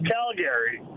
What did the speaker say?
Calgary